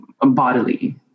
bodily